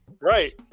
right